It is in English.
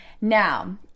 Now